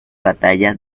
batalla